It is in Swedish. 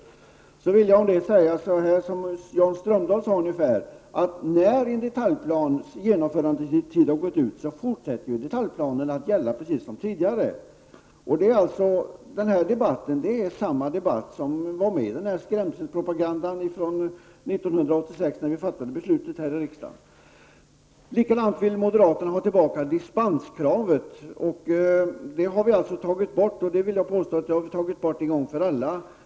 Om den vill jag säga ungefär som Jan Strömdahl sade, att när en detaljplans genomförandetid har gått ut fortsätter detaljplanen att gälla precis som tidigare. Den debatten är samma debatt som var med i skrämselpropagandan 1986, när vi fattade beslutet här i riksdagen. På samma sätt vill moderaterna ha tillbaka dispenskravet. Det har vi alltså tagit bort, och det vill jag påstå att vi har tagit bort en gång för alla.